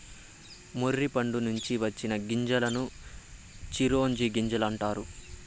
మొర్రి పండ్ల నుంచి వచ్చిన గింజలను చిరోంజి గింజలు అంటారు